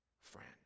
friend